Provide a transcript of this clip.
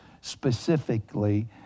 specifically